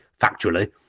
factually